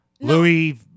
Louis